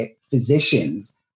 physicians